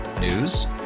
News